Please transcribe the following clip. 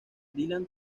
dylan